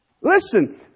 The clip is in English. Listen